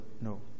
no